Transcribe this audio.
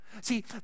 See